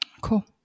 Cool